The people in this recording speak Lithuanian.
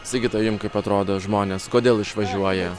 sigita jum kaip atrodo žmonės kodėl išvažiuoja